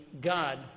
God